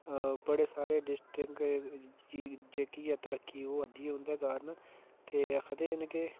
बड़े सारे डिस्ट्रीक्ट जेह्की ऐ तरक्की होआ दी ऐ उंदे कारण ते आखदे न के